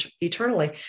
eternally